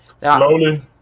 Slowly